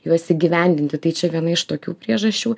juos įgyvendinti tai čia viena iš tokių priežasčių